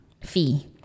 fee